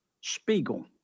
Spiegel